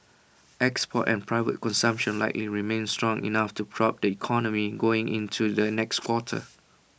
exports and private consumption likely remain strong enough to prop up the economy going into the next quarter